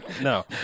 No